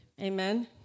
Amen